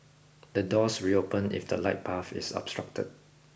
the doors reopen if the light path is obstructed